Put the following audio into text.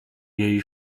jej